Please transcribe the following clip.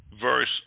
verse